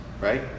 Right